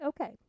okay